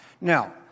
Now